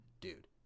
dude